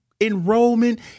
Enrollment